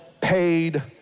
paid